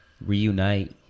reunite